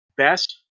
best